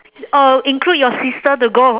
oh include your sister to go